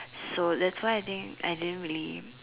so that's why I think I didn't really